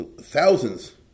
thousands